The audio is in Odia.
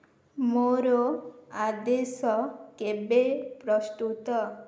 ମୋର ଆଦେଶ କେବେ ପ୍ରସ୍ତୁତ